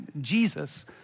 Jesus